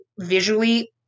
visually